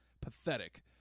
Pathetic